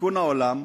"תיקון העולם"